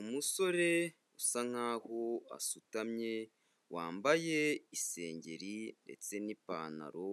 Umusore usa nkaho asutamye, wambaye isengeri ndetse n'ipantaro